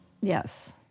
Yes